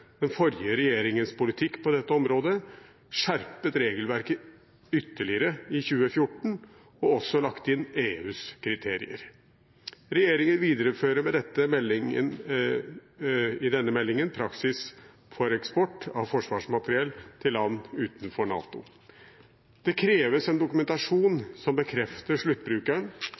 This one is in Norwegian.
den forrige regjeringens politikk på dette området, skjerpet regelverket ytterligere i 2014 og også lagt inn EUs kriterier. Regjeringen viderefører med denne meldingen praksisen for eksport av forsvarsmateriell til land utenfor NATO. Der kreves en dokumentasjon som bekrefter sluttbrukeren,